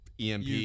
EMP